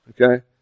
Okay